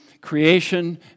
Creation